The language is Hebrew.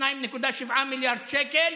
2.7 מיליארד שקל,